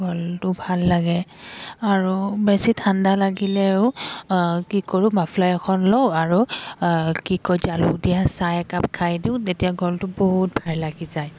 গলটো ভাল লাগে আৰু বেছি ঠাণ্ডা লাগিলেও কি কৰোঁ মাফলা এখন লওঁ আৰু কি কয় জালুক দিয়া চাহ একাপ খাই দিওঁ তেতিয়া গলটো বহুত ভাল লাগি যায়